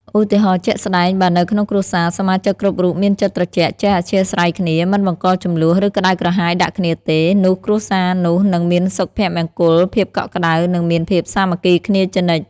ឧទាហរណ៍ជាក់ស្ដែង បើនៅក្នុងគ្រួសារ សមាជិកគ្រប់រូបមានចិត្តត្រជាក់ ចេះអធ្យាស្រ័យគ្នា មិនបង្កជម្លោះ ឬក្ដៅក្រហាយដាក់គ្នាទេ នោះគ្រួសារនោះនឹងមានសុភមង្គល ភាពកក់ក្ដៅ និងមានភាពសាមគ្គីគ្នាជានិច្ច។